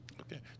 Okay